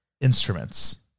instruments